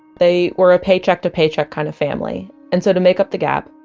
they were a paycheck to paycheck kind of family. and so to make up the gap,